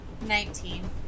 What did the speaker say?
Nineteen